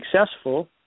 successful